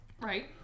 Right